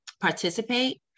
participate